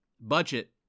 budget